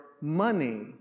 money